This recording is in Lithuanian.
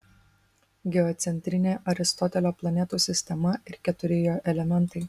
geocentrinė aristotelio planetų sistema ir keturi jo elementai